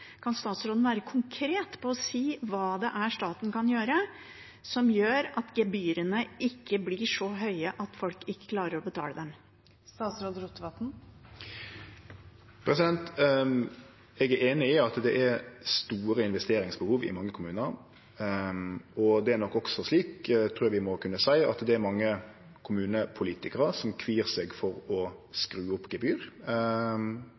Kan statsråden være konkret på å si hva det er staten kan gjøre som gjør at gebyrene ikke blir så høye at folk ikke klarer å betale dem? Eg er einig i at det er store investeringsbehov i mange kommunar. Det er nok også slik – det trur eg vi må kunne seie – at det er mange kommunepolitikarar som kvir seg for å